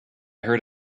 heard